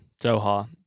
doha